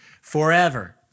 forever